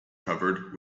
covered